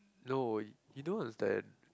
no you don't understand